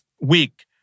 week